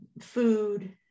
food